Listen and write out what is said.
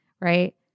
right